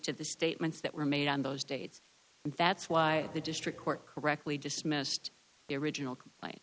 to the statements that were made on those dates and that's why the district court correctly dismissed the original